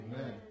Amen